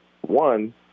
one